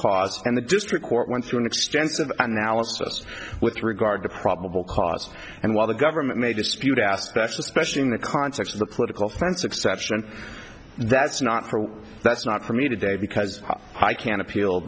cause and the district court went through an extensive analysis with regard to probable cause and while the government may dispute aspects especially in the context of the political fence exception that's not that's not for me today because i can appeal